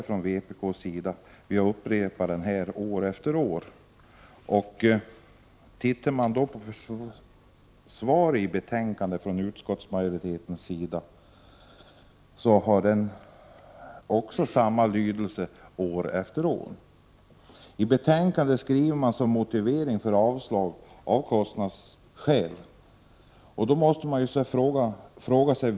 Denna motion från vpk är inte ny, utan vpk har väckt den år efter år. Även utskottsmajoritetens skrivning om motionen har samma lydelse år efter år. Utskottets motivering för att avstyrka motionen är kostnadsskäl.